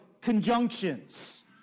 conjunctions